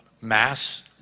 mass